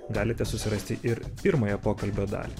galite susirasti ir pirmąją pokalbio dalį